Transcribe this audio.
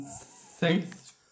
Thanks